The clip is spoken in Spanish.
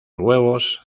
huevos